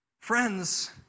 Friends